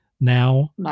now